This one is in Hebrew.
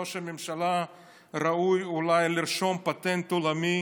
ראש הממשלה ראוי אולי לרשום פטנט עולמי,